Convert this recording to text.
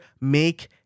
Make